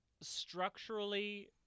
structurally